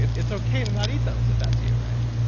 it's okay to not eat those, if that's you, right?